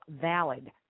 valid